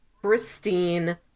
pristine